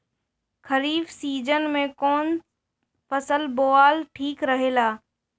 खरीफ़ season में कौन फसल बोअल ठिक रहेला ह?